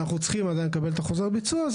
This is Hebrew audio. אנחנו צריכים עדיין לקבל את החוזר ביצוע.